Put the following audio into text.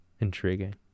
Intriguing